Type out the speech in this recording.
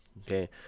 Okay